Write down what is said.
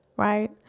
Right